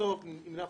בסוף צריך